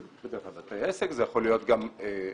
בדרך כלל זה בתי עסק, זה יכול להיות גם אנשים